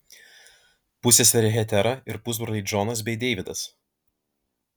pusseserė hetera ir pusbroliai džonas bei deividas